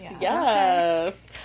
Yes